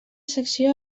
secció